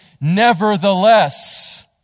Nevertheless